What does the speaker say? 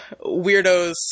weirdos